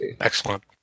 excellent